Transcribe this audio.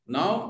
Now